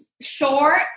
short